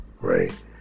right